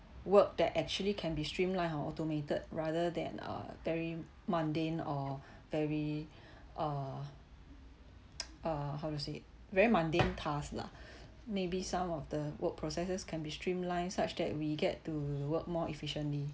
work that actually can be streamline or automated rather than uh very mundane or very uh uh how to say very mundane task lah maybe some of the work processes can be streamlined such that we get to work more efficiently